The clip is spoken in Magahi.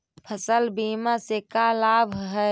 फसल बीमा से का लाभ है?